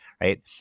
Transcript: right